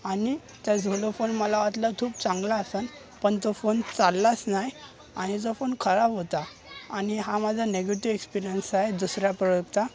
आणि त्या Xolo phone मला वाटलं खूप चांगला असेल पण तो फोन चाललाच नाही आणि जो फोन खराब होता आणि हा माझा नेगेटिव एक्सपीरियन्स आहे दुसऱ्या प्रोडक्टचा